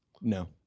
No